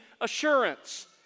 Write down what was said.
assurance